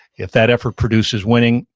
if that effort produces winning,